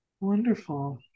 Wonderful